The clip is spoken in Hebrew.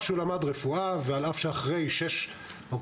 על פי שהוא למד רפואה ואף על פי שאחרי שש שנות